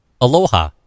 Aloha